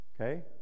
Okay